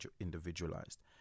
individualized